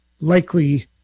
likely